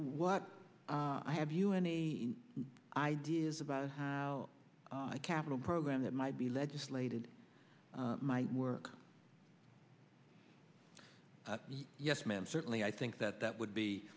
what have you any ideas about how capital program that might be legislated might work yes ma'am certainly i think that that would be